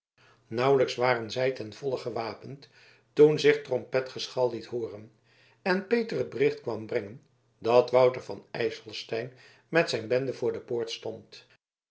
nauwelijks waren zij ten volle gewapend toen zich trompetgeschal liet hooren en peter het bericht kwam brengen dat wouter van ijselstein met zijn bende voor de poort stond